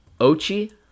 Ochi